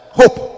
hope